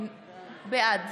בעד